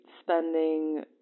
spending